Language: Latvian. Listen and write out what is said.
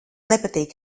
nepatīk